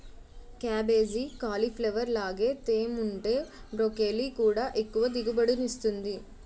cabbage, cauliflower లాగే తేముంటే broccoli కూడా ఎక్కువ దిగుబడినిస్తుంది